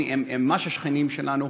הם ממש השכנים שלנו.